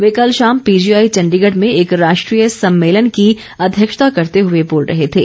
वे कल शाम पीजीआई चण्डीगढ़ में एक राष्ट्रीय सम्मेलन की अध्यक्षता करते हुए बोल रहे थे